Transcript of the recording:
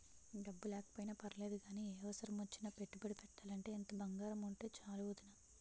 డబ్బు లేకపోయినా పర్లేదు గానీ, ఏ అవసరమొచ్చినా పెట్టుబడి పెట్టాలంటే ఇంత బంగారముంటే చాలు వొదినా